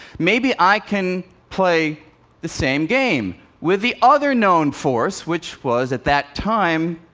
maybe i can play the same game with the other known force, which was, at that time,